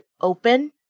open